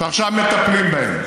שעכשיו מטפלים בהם.